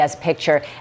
picture